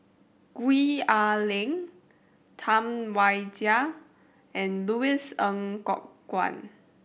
Gwee Ah Leng Tam Wai Jia and Louis Ng Kok Kwang